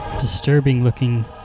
disturbing-looking